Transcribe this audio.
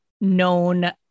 known